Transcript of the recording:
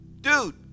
Dude